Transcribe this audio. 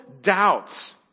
doubts